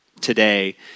today